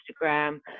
Instagram